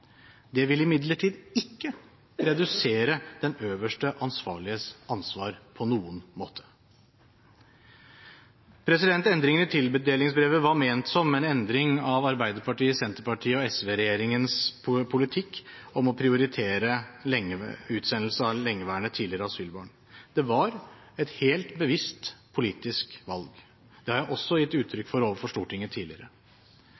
Det vil imidlertid ikke redusere den øverste ansvarliges ansvar på noen måte. Endringen i tildelingsbrevet var ment som en endring av Arbeiderpartiet, Senterpartiet og Sosialistisk Venstreparti-regjeringens politikk om å prioritere utsendelse av lengeværende tidligere asylbarn. Det var et helt bevisst politisk valg. Det har jeg også gitt utrykk for overfor Stortinget tidligere.